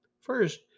First